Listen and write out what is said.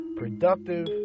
productive